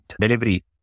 delivery